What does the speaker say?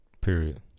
Period